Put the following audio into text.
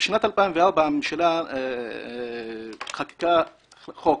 בשנת 2004 הממשלה חוקקה חוק